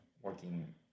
working